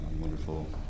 wonderful